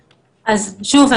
שוב,